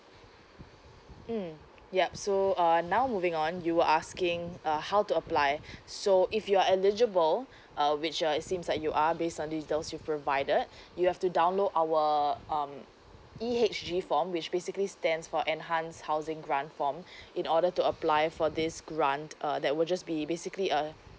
mm yup so uh now moving on you were asking uh how to apply so if you are eligible uh which uh it seems like you are based on details you provided you have to download our um E_H_G form which basically stands for enhanced housing grant form in order to apply for this grant uh that would just be basically a